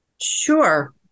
Sure